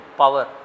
power